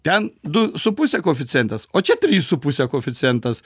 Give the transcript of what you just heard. ten du su puse koeficientas o čia trys su puse koeficientas